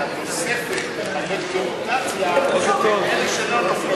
והתוספת לחלק ברוטציה בין אלה שלא נופלות,